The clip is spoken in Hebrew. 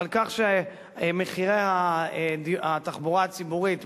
על כך שמחירי התחבורה הציבורית מאמירים,